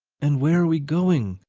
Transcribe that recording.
and where are we going?